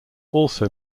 also